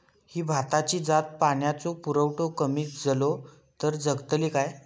ही भाताची जात पाण्याचो पुरवठो कमी जलो तर जगतली काय?